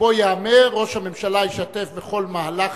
ובו ייאמר: ראש האופוזיציה ישתתף בכל מהלך